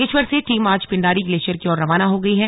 बागेश्वर से टीम आज पिंडारी ग्लेशियर की ओर रवाना हो गई है